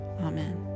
Amen